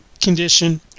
condition